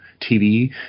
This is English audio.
TV